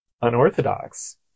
unorthodox